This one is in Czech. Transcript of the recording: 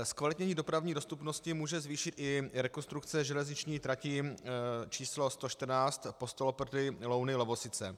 Zkvalitnění dopravní dostupnosti může zvýšit i rekonstrukce železniční trati č. 114 Postoloprty Louny Lovosice.